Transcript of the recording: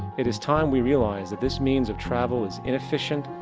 it is time we realize that this means of travel is inefficient,